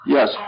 Yes